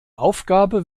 aufgabe